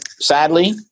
sadly